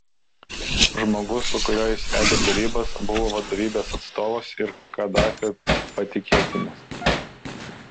žmogus su kuriuo jis vedė derybas buvo vadovybės atstovas ir kadafio patikėtinis